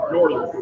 Northern